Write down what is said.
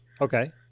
Okay